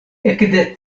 ekde